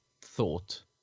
thought